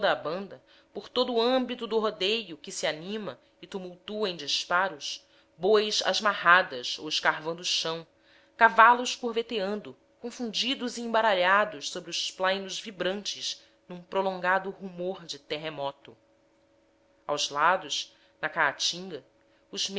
a banda por todo o âmbito do rodeio que se anima e tumultua em disparos bois às marradas ou escarvando o chão cavalos curveteando confundidos e embaralhados sobre os plainos vibrantes num prolongado rumor de terremoto aos lados na caatinga os